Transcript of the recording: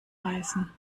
reißen